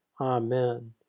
Amen